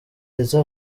liza